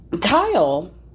Kyle